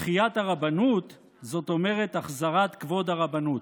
ותחיית הרבנות זאת אומרת החזרת כבוד הרבנות".